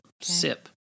Sip